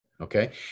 okay